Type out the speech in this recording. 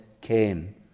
came